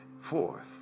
fourth